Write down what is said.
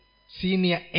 Senior